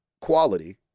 quality